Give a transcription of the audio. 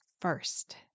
first